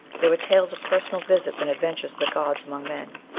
there were tales of personal visits and adventures of the gods among men,